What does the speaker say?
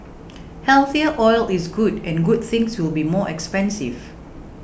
healthier oil is good and good things will be more expensive